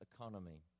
economy